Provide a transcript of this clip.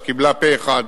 שקיבלה פה-אחד,